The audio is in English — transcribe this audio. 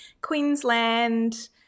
Queensland